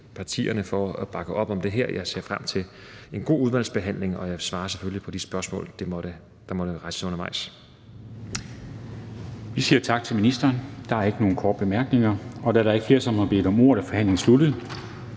for at bakke op om det her. Jeg ser frem til en god udvalgsbehandling, og jeg svarer selvfølgelig på de spørgsmål, der måtte blive rejst undervejs. Kl. 12:10 Formanden (Henrik Dam Kristensen): Vi siger tak til ministeren. Der er ikke nogen korte bemærkninger. Da der ikke er flere, der har bedt om ordet, er forhandlingen sluttet.